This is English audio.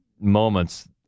moments